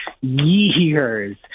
years